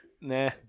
Nah